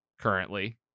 currently